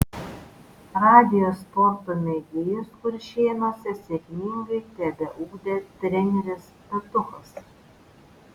radijo sporto mėgėjus kuršėnuose sėkmingai tebeugdė treneris petuchas